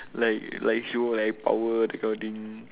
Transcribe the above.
like like he will like power that kind of thing